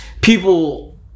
people